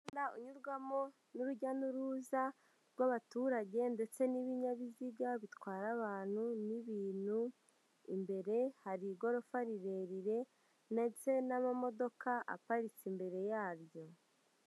Umuhanda unyurwamo n'urujya n'uruza rw'abaturage ndetse n'ibinyabiziga bitwara abantu n'ibintu, imbere hari igorofa rirerire ndetse n'amamodoka aparitse imbere yaryo.